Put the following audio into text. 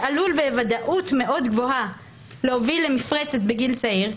שעלול בוודאות מאוד גבוהה להוביל למפרצת בגיל צעיר,